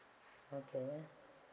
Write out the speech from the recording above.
okay